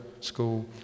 school